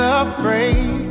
afraid